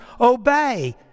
obey